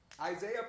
Isaiah